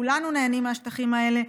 כולנו נהנים מהשטחים האלה,